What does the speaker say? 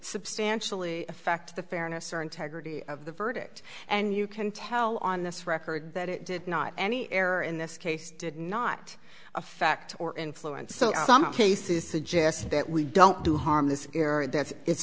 substantially affect the fairness or integrity of the verdict and you can tell on this record that it did not any error in this case did not affect or influence so some cases suggest that we don't do harm this area that it's